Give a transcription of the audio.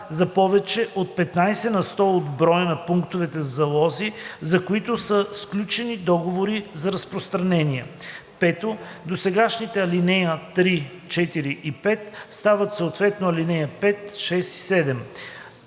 за повече от 15 на сто от броя на пунктовете за залози, за които са сключени договори за разпространение.“ 5. Досегашните ал. 3, 4 и 5 стават съответно ал. 5, 6 и 7.“